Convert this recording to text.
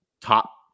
Top